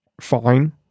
fine